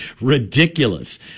ridiculous